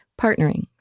partnering